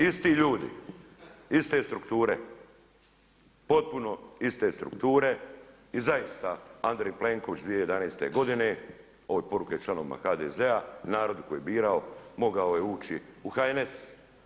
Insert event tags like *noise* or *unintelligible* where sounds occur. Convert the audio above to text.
Isti ljudi, iste strukture, potpuno iste strukture, i zaista Andrej Plenković 2011. godine, ovo je poruka i članovima HDZ-a, narod koji … *unintelligible* je birao mogao je ući u HNS.